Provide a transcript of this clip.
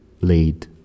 laid